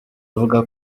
avuga